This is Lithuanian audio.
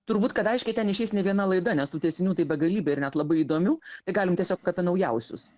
turbūt kad aiškiai ten išeis ne viena laida nes tų tęsinių tai begalybė ir net labai įdomių tai galim tiesiog apie naujausius